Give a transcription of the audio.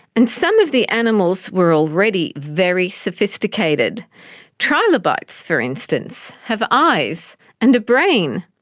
and some of the animals were already very sophisticated trilobites for instance have eyes and a brain.